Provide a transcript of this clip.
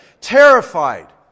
terrified